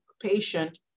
patient